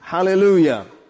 Hallelujah